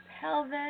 pelvis